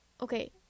okay